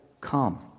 come